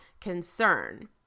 concern